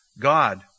God